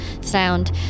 sound